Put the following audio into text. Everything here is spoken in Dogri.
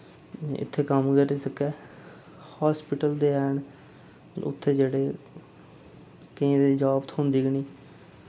इत्थै कम्म करी सकै हास्पिटल ते हैन उत्थै जेह्ड़े केइयें ते जाब थ्दीहोंदी गै निं